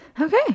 Okay